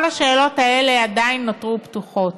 כל השאלות האלה עדיין נותרו פתוחות.